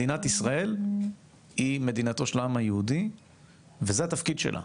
מדינת ישראל היא מדינתו של העם היהודי וזה התפקיד שלה.